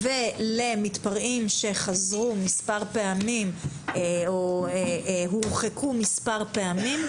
ולגבי למתפרעים שחזרו מספר פעמים או הורחקו כבר מספר פעמים,